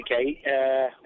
Okay